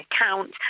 account